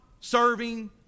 serving